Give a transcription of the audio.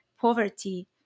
Poverty